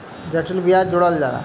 जटिल बियाज जोड़ाला